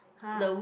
!huh!